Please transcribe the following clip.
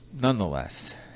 nonetheless